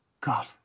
God